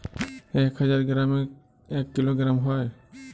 এক হাজার গ্রামে এক কিলোগ্রাম হয়